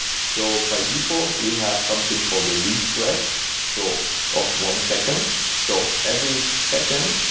so by default, we have something called a refresh so of one second. so every second,